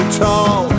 tall